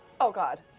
oh god.